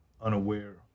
unaware